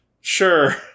sure